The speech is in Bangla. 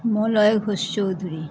মলয় ঘোষ চৌধুরী